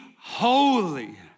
holy